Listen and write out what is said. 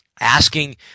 asking